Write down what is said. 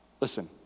Listen